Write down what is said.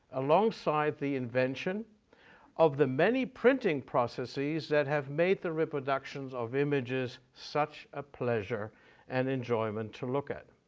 alongside the invention of the many printing processes that have made the reproductions of images such a pleasure and enjoyment to look at.